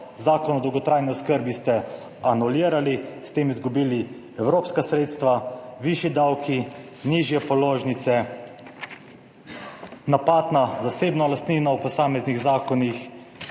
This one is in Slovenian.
Zakon o dolgotrajni oskrbi ste anulirali, s tem izgubili evropska sredstva. Višji davki, nižje položnice, napad na zasebno lastnino v posameznih zakonih.